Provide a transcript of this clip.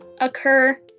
occur